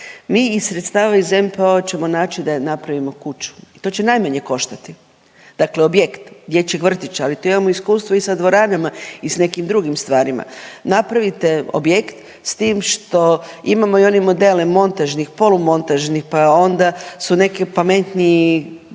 mi iz sredstava iz NPO ćemo naći da napravimo kuću. To će najmanje koštati. Dakle objekt dječjeg vrtića, tu imamo iskustvo i sa dvoranama i s nekim drugim stvarima. Napravite objekt s tim što imamo i one modele montažnih, polumontažnih pa onda su neki pametniji,